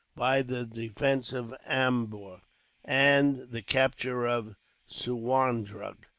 by the defence of ambur and the capture of suwarndrug.